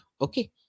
Okay